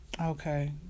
Okay